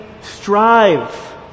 strive